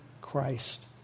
Christ